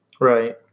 Right